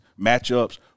matchups